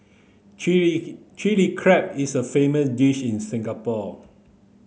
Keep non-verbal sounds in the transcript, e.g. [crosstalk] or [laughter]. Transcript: chilli [unintelligible] Chilli Crab is a famous dish in Singapore